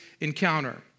encounter